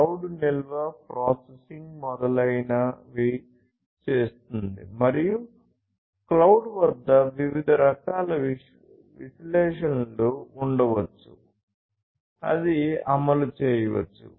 cloud నిల్వ processing మొదలైనవి చేస్తుంది మరియు క్లౌడ్ వద్ద వివిధ రకాల విశ్లేషణలు ఉండవచ్చు అది అమలు చేయవచ్చు